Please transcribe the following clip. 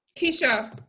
Keisha